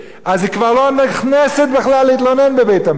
אז היא כבר לא נכנסת בכלל להתלונן בבית-המשפט.